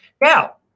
Now